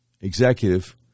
executive